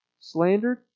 slandered